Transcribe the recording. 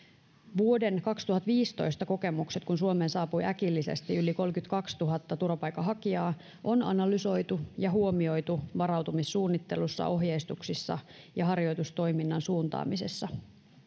vuoden kaksituhattaviisitoista kokemukset kun suomeen saapui äkillisesti yli kolmekymmentäkaksituhatta turvapaikanhakijaa on analysoitu ja huomioitu varautumissuunnittelussa ohjeistuksissa ja harjoitustoiminnan suuntaamisessa